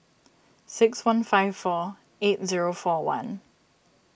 six one five four eight zero four one